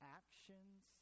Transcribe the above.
actions